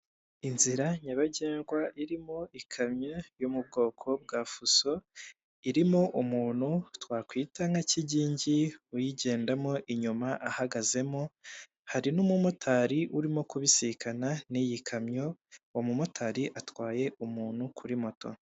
Inzira nyabagendwa irimo ikamyo yo mu bwoko bwa fuso, irimo umuntu twakwita nka kigingi uyigendamo inyuma ahagazemo, hari n'umumotari urimo kubisikana n'iyi kamyo, umumotari atwaye umuntu kuri moto.